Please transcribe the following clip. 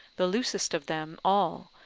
the loosest of them all,